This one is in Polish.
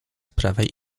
prawej